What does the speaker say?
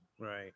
right